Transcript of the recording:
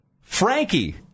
Frankie